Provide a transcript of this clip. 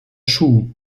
schuh